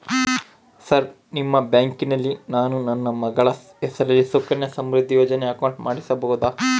Sir ನಿಮ್ಮ ಬ್ಯಾಂಕಿನಲ್ಲಿ ನಾನು ನನ್ನ ಮಗಳ ಹೆಸರಲ್ಲಿ ಸುಕನ್ಯಾ ಸಮೃದ್ಧಿ ಯೋಜನೆ ಅಕೌಂಟ್ ಮಾಡಿಸಬಹುದಾ?